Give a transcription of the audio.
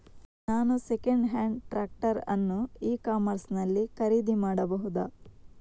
ನಾನು second hand tractor ಅನ್ನು e commerce ನಲ್ಲಿ ಖರೀದಿ ಮಾಡಬಹುದಾ?